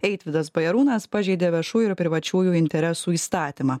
eitvydas bajarūnas pažeidė viešųjų ir privačiųjų interesų įstatymą